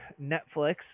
Netflix